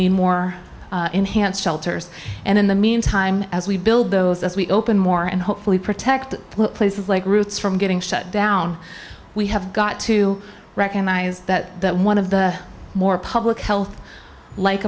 need more enhanced shelters and in the meantime as we build those as we open more and hopefully protect places like routes from getting shut down we have got to recognize that one of the more public health like